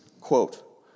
quote